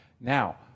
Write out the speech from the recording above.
Now